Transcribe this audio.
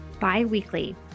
bi-weekly